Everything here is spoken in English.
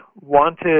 wanted